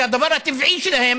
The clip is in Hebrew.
שהדבר הטבעי שלהם